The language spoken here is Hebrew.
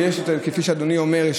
כפי שאדוני אומר,